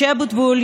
משה אבוטבול,